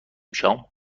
شام